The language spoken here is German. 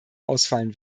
ausfallen